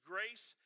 Grace